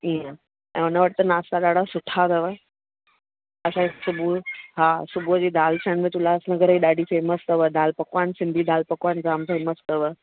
हीअं ऐं हुन वटि त नाश्ता ॾाढा सुठा अथव असांजी सुबुह हा सुबुह जी दाल सैंडविच उल्हासनगर जी ॾाढी फेमस अथव दाल पकवान सिंधी दाल पकवान जाम फेमस अथव